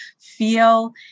feel